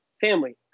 family